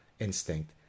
instinct